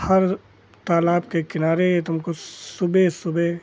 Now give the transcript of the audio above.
हर तालाब के किनारे तुमको सुबह सुबह